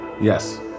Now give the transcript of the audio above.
Yes